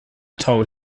told